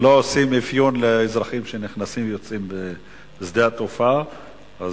שלא עושים אפיון לאזרחים שנכנסים ויוצאים בשדה התעופה.